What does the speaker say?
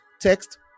text